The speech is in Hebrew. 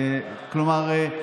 כלומר,